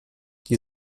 die